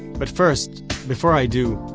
but first before i do,